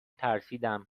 ترسیدم